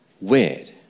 weird